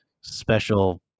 special